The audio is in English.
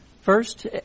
First